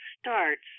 starts